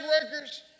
records